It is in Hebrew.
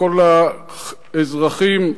לכל האזרחים,